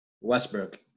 Westbrook